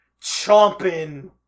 chomping